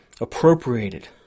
appropriated